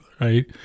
right